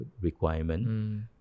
requirement